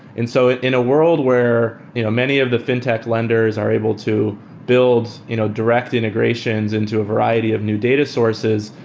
and so in a world where you know many of the fintech lenders are able to build you know direct immigrations into a variety of new data sources,